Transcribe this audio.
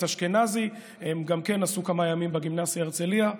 אשכנזי גם כן עשו כמה ימים בגימנסיה הרצליה.